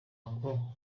ngo